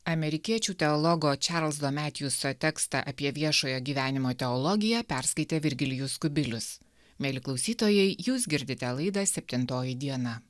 amerikiečių teologo čarlzo metjuso tekstą apie viešojo gyvenimo teologiją perskaitė virgilijus kubilius mieli klausytojai jūs girdite laidą septintoji diena